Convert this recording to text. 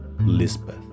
Lisbeth